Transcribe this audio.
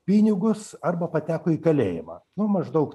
pinigus arba pateko į kalėjimą nu maždaug